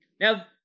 Now